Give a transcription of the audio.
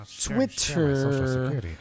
Twitter